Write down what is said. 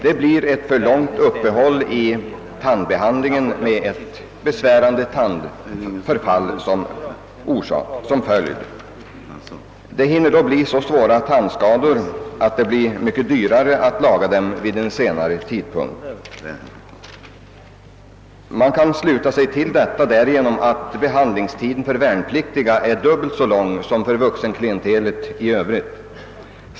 Det blir ett för långt uppehåll i tandbehandlingen med ett besvärande tandförfall som följd. Det hinner då uppstå svåra tandskador, som blir mycket dyrare att laga vid en senare tidpunkt. Man kan sluta sig till detta därigenom att behandlingstiden för värnpliktiga är dubbelt så lång som för vuxenklientelet i Övrigt.